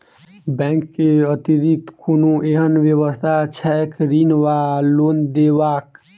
Bank केँ अतिरिक्त कोनो एहन व्यवस्था छैक ऋण वा लोनदेवाक?